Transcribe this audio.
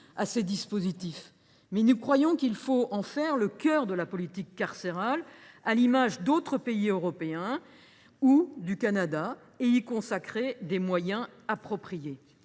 Nous estimons pour notre part qu’il faut en faire le cœur de la politique carcérale, à l’image d’autres pays européens ou du Canada, et y consacrer les moyens appropriés.